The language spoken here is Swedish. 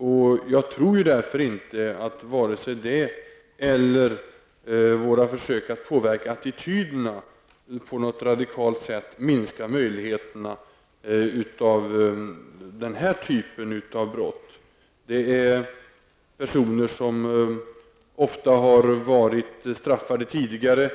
och jag tror därför inte att vare sig sådana åtgärder eller våra försök att påverka attityderna minskar riskerna för den här typen av brott på något radikalt sätt. Det är personer som ofta har varit straffade tidigare.